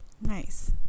nice